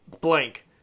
blank